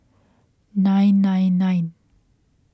nine nine nine